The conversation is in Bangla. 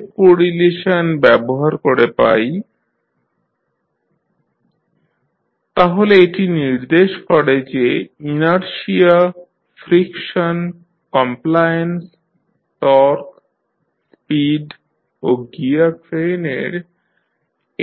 আগের কোরিলেশন ব্যবহার করে পাই T1tN1N2T2tN1N22J2d21dt2N1N22B2d1dtN1N2Fc222 তাহলে এটি নির্দেশ করে যে inertia friction compliance torque speed ও গিয়ার ট্রেনের